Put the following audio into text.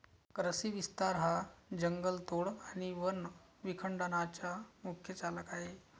कृषी विस्तार हा जंगलतोड आणि वन विखंडनाचा मुख्य चालक आहे